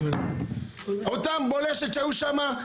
אותה בולשת שהיו שם,